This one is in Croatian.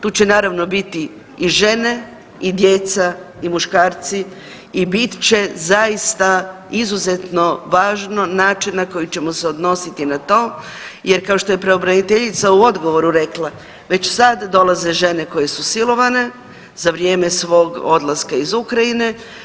Tu će naravno biti i žene i djeca i muškarci i bit će zaista izuzetno važno način na koji ćemo se odnositi na to jer kao što je pravobraniteljica u odgovoru rekla već sad dolaze žene koje su silovane za vrijeme svog odlaska iz Ukrajine.